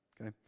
Okay